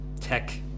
tech